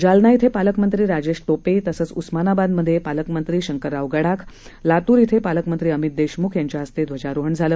जालना ॐ पालकमंत्री राजेश टोपे तसंच उस्मानाबादमध्ये पालकमंत्री शंकरराव गडाख लातूर ॐ पालकमंत्री अमित देशमुख यांच्या हस्ते ध्वजारोहण झालं